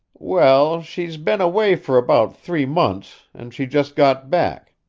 well, she's been away for about three months, and she just got back,